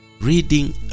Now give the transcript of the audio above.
reading